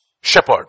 Shepherd